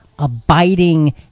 abiding